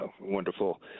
wonderful